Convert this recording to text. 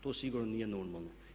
To sigurno nije normalno.